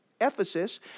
Ephesus